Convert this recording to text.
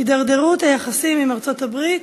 הידרדרות היחסים עם ארצות-הברית,